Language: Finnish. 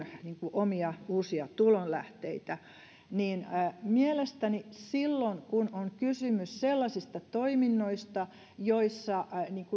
omia uusia tulonlähteitä niin mielestäni silloin kun on kysymys sellaisista toiminnoista joissa